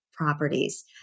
Properties